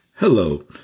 Hello